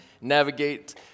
navigate